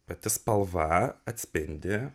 pati spalva atspindi